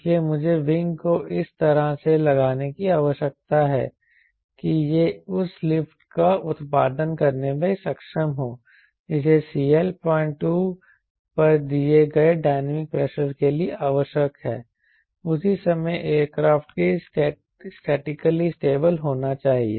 इसलिए मुझे विंग को इस तरह से लगाने की आवश्यकता है कि यह उस लिफ्ट का उत्पादन करने में सक्षम हो जिसे CL 02 पर दिए गए डायनामिक प्रेशर के लिए आवश्यक है उसी समय एयरक्राफ्ट को स्टैटिकली स्टेबल होना चाहिए